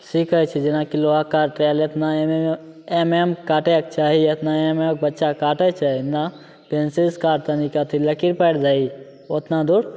सिखै छै जेनाकि लोहा काटि रहलै एतना एम एम काटैके चाही एतना एम एम के बच्चा काटै छै ने पेन्सिलसे काटतै लकीर पारि दही ओतना दूर